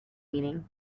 meeting